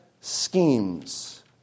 schemes